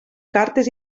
cartes